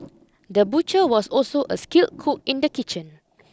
the butcher was also a skilled cook in the kitchen